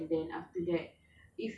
amalan